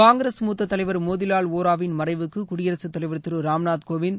காங்கிரஸ் மூத்த தலைவர் மோதிவால் வோராவின் மறைவுக்கு குடியரகத் தலைவர் திரு ராம்நாத் கோவிந்த்